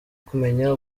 kumenya